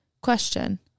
Question